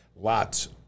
lots